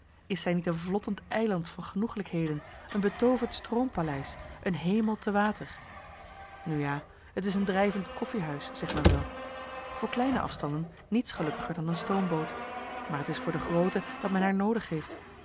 is zij niet een vlottend eiland van genoeglijkheden een betooverd stroompaleis een hemel te water nu ja het is een drijvend koffiehuis zegt men wel voor kleine afstanden niets gelukkiger dan een stoomboot maar het is voor de groote dat men haar noodig heeft